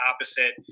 opposite